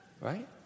right